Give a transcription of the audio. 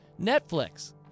Netflix